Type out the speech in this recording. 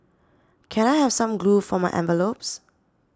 can I have some glue for my envelopes